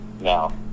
now